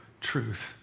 truth